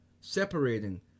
separating